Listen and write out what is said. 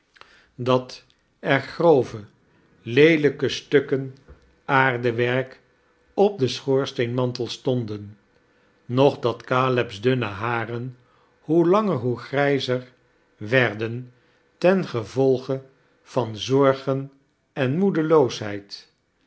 dat er grove leelijke stukken aardewerk op den schoorsteenmantel stonden noch dat caleb's dunne haren hoe langer hoe grazer wetrden tengevolge van zorgen en